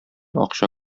акча